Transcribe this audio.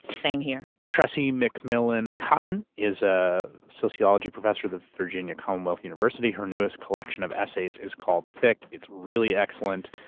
same here. tressie mcmillan cottom is a sociology professor at the virginia commonwealth university. her newest collection of essays is called thick. it's really excellent.